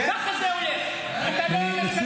ככה זה הולך, אתה לא הממשלה.